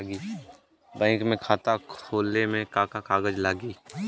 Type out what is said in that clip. Bank में खाता खोले मे का का कागज लागी?